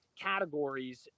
categories